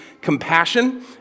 compassion